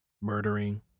murdering